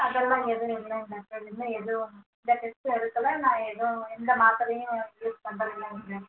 அதெல்லாம் எதுவும் இல்லைங்க டாக்டர் எந்த இதுவும் எந்த டெஸ்ட்டும் எடுக்கலை நான் எதுவும் எந்த மாத்திரையும் யூஸ் பண்ணுறதுலாம் இல்லைங்க டாக்டர்